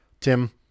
Tim